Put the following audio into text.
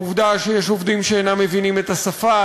העובדה שיש עובדים שאינם מבינים את השפה,